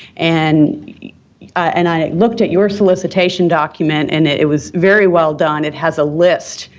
and and i looked at your solicitation document, and it was very well-done. it has a list.